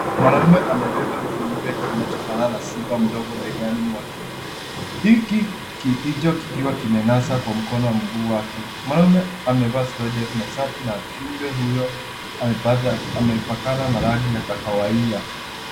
Mwanaume amebeba kiumbe kinachofanana na simba mdogo begani mwake. Hicho kikiwa kimenasa kwa mkono wa mguu wake. Mwanaume amevaa suruali ndefu na shati na kiumbe huyo amepakana na rangi ya kahawia.